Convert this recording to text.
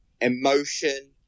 emotion